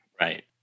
Right